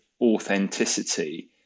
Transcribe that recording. authenticity